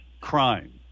crime